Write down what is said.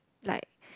like